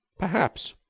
perhaps.